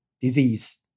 disease